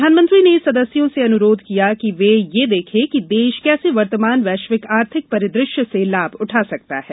प्रधानमंत्री ने सदस्यों से अनुरोध किया कि वे यह देखें कि देश कैसे वर्तमान वैश्विक आर्थिक परिदृश्य से लाभ उठा सकता है